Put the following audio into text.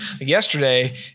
yesterday